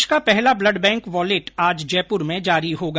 देश का पहला ब्लड बैंक वॉलेट आज जयपुर में जारी होगा